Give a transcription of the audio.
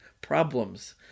problems